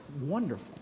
wonderful